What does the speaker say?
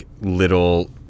little